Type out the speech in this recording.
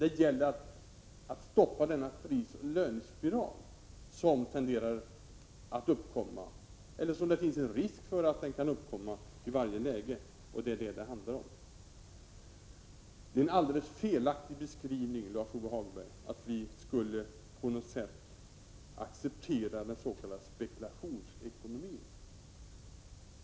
Det gäller att stoppa denna prisoch lönespiral som riskerar att uppkomma i varje läge. Det är en alldeles felaktig beskrivning, Lars-Ove Hagberg, att vi på något sätt skulle ha accepterat den s.k. spekulationsekonomin.